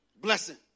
Blessing